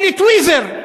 אומר לי: טוויזר,